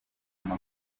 avuga